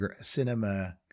cinema